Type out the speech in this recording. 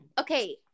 Okay